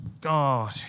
God